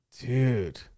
dude